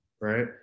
right